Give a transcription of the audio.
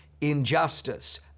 injustice